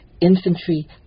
Infantry